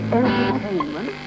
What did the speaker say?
entertainment